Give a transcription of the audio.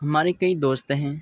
ہمارے کئی دوست ہیں